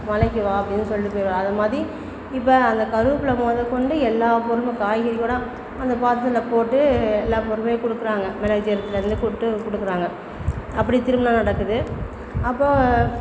மலைக்கு வா அப்படின்னு சொல்லிட்டு போய்டுவாங்க அதைமாரி இப்போ அந்த கருவேப்பிலை முதக்கொண்டு எல்லாப் பொருளும் காய்கறிக்கூடும் அந்த காலத்தில் போட்டு எல்லா பொருளுமே கொடுக்கறாங்க மிளகு ஜீரகத்திலேருந்து போட்டு கொடுக்கறாங்க அப்படி திருமணம் நடக்குது அப்போது